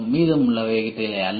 மீதமுள்ளவைகளை அல்ல